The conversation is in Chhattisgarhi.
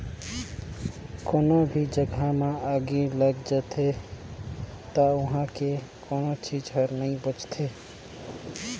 कोनो भी जघा मे आगि लइग जाथे त उहां के कोनो चीच हर नइ बांचे